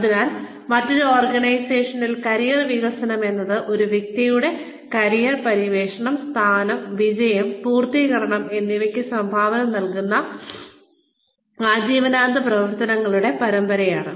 അതിനാൽ മറ്റൊരു ഓർഗനൈസേഷനിൽ കരിയർ വികസനം എന്നത് ഒരു വ്യക്തിയുടെ കരിയർ പര്യവേക്ഷണം സ്ഥാനം വിജയം പൂർത്തീകരണം എന്നിവയ്ക്ക് സംഭാവന നൽകുന്ന ആജീവനാന്ത പ്രവർത്തനങ്ങളുടെ പരമ്പരയാണ്